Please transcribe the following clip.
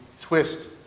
twist